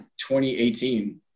2018